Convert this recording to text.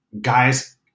guys